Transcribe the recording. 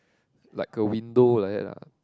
like a window like that lah